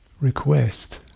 request